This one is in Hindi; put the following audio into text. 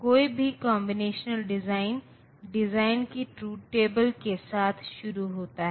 कोई भी कॉम्बिनेशन डिज़ाइन डिज़ाइन की ट्रुथ टेबल के साथ शुरू होता है